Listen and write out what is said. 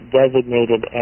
designated